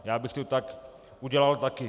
A já bych to tak udělal taky.